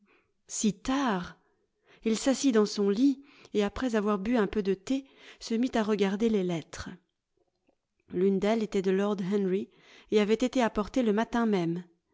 si tard il s'assit dans son lit et après avoir bu un peu de thé se mit à regarder les lettres l'une d'elles était de lord henry et avait été apportée le matin même